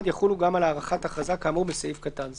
יחולו גם על הארכת הכרזה כאמור בסעיף קטן זה.